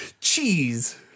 Cheese